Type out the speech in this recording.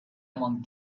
among